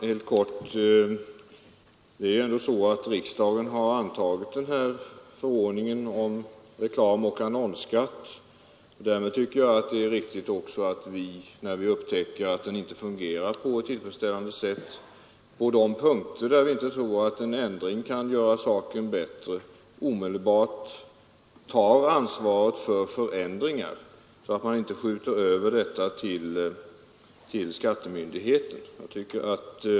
Herr talman! Det är ju ändå så att riksdagen har antagit den här förordningen om reklamoch annonsskatt. Därmed tycker jag också det Nr 67 är riktigt att vi, när vi upptäcker att den inte fungerar på ett Onsdagen den tillfredsställande sätt, omedelbart tar ansvaret för förändringar och inte 11 april 1973 skjuter över det till skattemyndigheten.